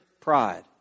pride